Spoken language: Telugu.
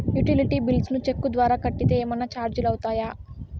యుటిలిటీ బిల్స్ ను చెక్కు ద్వారా కట్టితే ఏమన్నా చార్జీలు అవుతాయా?